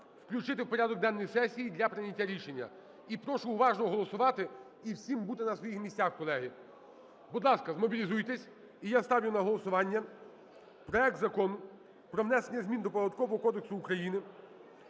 включити в порядок денний сесії для прийняття рішення. І прошу уважно голосувати і всім бути на своїх місцях, колеги. Будь ласка, змобілізуйтесь. І я ставлю на голосування проект Закону про внесення змін до Податкового кодексу України